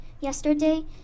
Yesterday